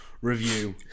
review